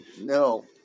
No